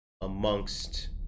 amongst